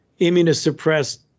immunosuppressed